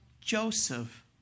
Joseph